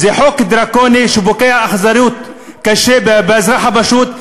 זה חוק דרקוני שפוגע באכזריות, קשה, באזרח הפשוט.